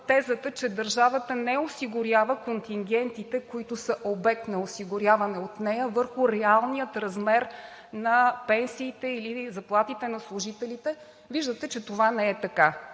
че държавата не осигурява контингентите, които са обект на осигуряване от нея върху реалния размер на пенсиите или заплатите на служителите. Виждате, че това не е така.